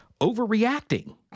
overreacting